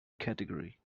category